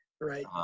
right